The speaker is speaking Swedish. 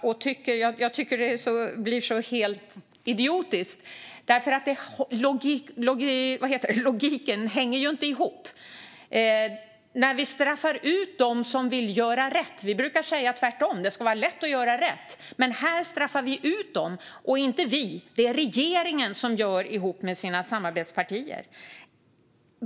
Jag tycker att det blir helt idiotiskt, för logiken hänger inte ihop när vi straffar ut dem som vill göra rätt. Vi brukar säga tvärtom: Det ska vara lätt att göra rätt. Men här straffar vi ut dem - eller inte vi, utan det är regeringen som gör det ihop med sina samarbetspartier.